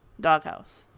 doghouse